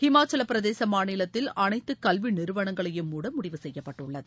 இமாசலப்பிரதேச மாநிலத்தில் அனைத்து கல்வி நிறுவனங்களையும் மூட முடிவு செய்யப்பட்டுள்ளது